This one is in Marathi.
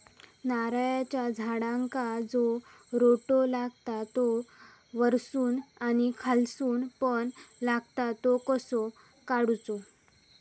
नारळाच्या झाडांका जो रोटो लागता तो वर्सून आणि खालसून पण लागता तो कसो काडूचो?